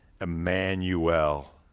Emmanuel